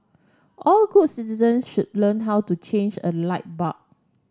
all good citizens should learn how to change a light bulb